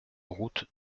route